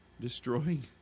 destroying